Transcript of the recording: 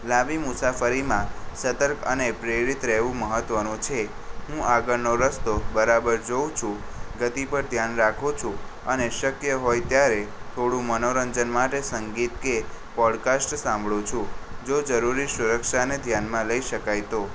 લાંબી મુસાફરીમાં સતર્ક અને પ્રેરિત રહેવું મહત્ત્વનું છે હું આગળનો રસ્તો બરાબર જોઉં છું ગતિ પર ધ્યાન રાખું છું અને શક્ય હોય ત્યારે થોડું મનોરંજન માટે સંગીત કે પોડકાસ્ટ સાંભળું છું જો જરૂરી સુરક્ષાને ધ્યાનમાં લઈ શકાય તો